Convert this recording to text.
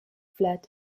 fled